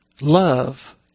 love